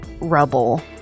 rubble